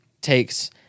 takes